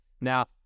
Now